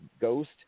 Ghost